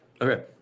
Okay